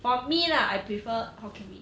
for me lah I prefer hokkien mee